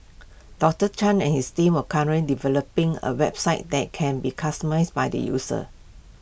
doctor chan and his team were currently developing A website that can be customised by the user